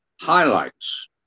highlights